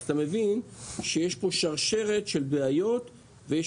אתה מבין שיש פה שרשרת של בעיות ויש